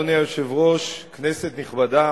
אדוני היושב-ראש, תודה, כנסת נכבדה,